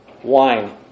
Wine